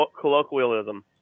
colloquialism